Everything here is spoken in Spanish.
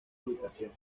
ubicación